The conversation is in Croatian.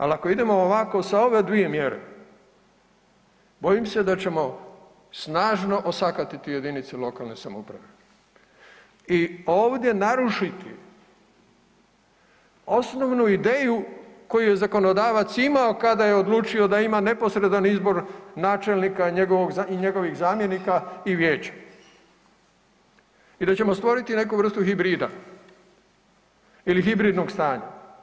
Ali ako idemo ovako sa ove dvije mjere, bojim se da ćemo snažno osakatiti jedinice lokalne samouprave i ovdje narušiti osnovnu ideju koju je zakonodavac imao kada je odlučio da ima neposredan izbor načelnika i njegovih zamjenika i vijećnika i da ćemo stvoriti neku vrstu hibrida ili hibridnog stanja.